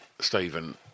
Stephen